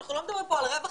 אנחנו לא מדברים פה על רווח,